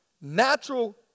natural